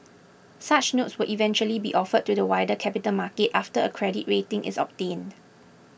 such notes will eventually be offered to the wider capital market after a credit rating is obtained